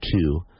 two